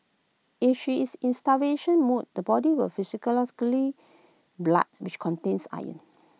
if she is in starvation mode the body will physiologically blood which contains iron